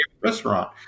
restaurant